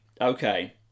Okay